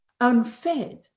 unfed